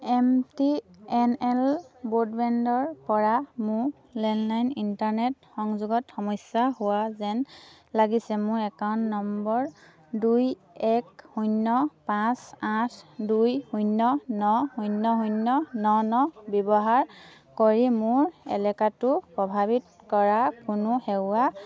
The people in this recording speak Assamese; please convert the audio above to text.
এম টি এন এল ব্ৰডবেণ্ডৰপৰা মোৰ লেণ্ডলাইন ইণ্টাৰনেট সংযোগত সমস্যা হোৱা যেন লাগিছে মোৰ একাউণ্ট নম্বৰ দুই এক শূন্য পাঁচ আঠ দুই শূন্য ন শূন্য শূন্য ন ন ব্যৱহাৰ কৰি মোৰ এলেকাটো প্ৰভাৱিত কৰা কোনো সেৱা